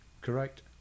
correct